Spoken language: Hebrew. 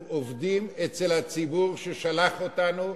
אנחנו עובדים אצל הציבור ששלח אותנו,